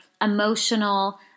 emotional